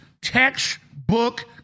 textbook